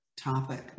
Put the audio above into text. topic